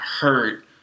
hurt